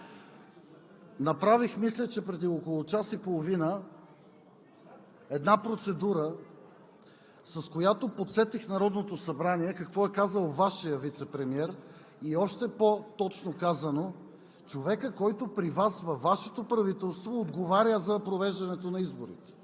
група?! Мисля, че преди около час и половина направих една процедура, с която подсетих Народното събрание какво е казал Вашият вицепремиер и още по-точно казано човекът, който във Вашето правителство отговаря за провеждането на изборите